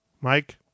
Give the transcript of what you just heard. Mike